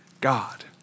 God